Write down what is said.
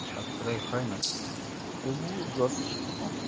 সাশ্রয় হয় না তবুও যথেষ্ট কম